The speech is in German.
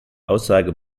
aussage